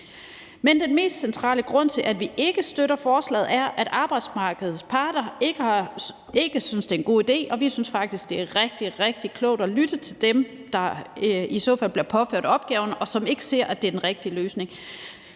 Men den mest centrale grund til, at vi ikke støtter forslaget, er, at arbejdsmarkedets parter ikke synes, at det er en god idé. Vi synes faktisk, at det er rigtig, rigtig klogt at lytte til dem, der i så fald bliver påført opgaverne, og som ikke ser, at det er den rigtige løsning.